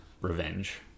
revenge